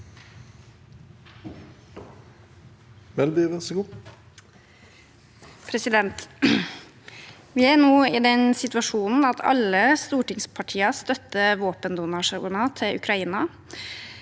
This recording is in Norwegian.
Vi er nå i den situasjon- en at alle stortingspartier støtter våpendonasjoner til Ukraina.